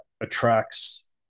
Attracts